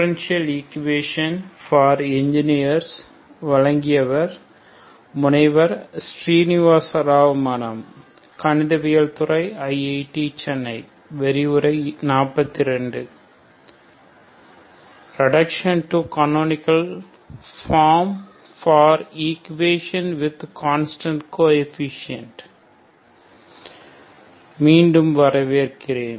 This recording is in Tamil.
reduction to canonical form for equation with constant coefficient மீண்டும் வரவேற்கிறேன்